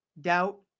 Doubt